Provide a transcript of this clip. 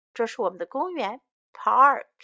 这是我们的公园。Park